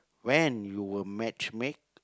when you will matchmake